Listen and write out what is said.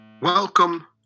Welcome